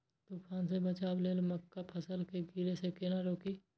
तुफान से बचाव लेल मक्का फसल के गिरे से केना रोकी?